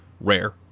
Rare